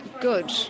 good